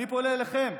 אני פונה אליכם,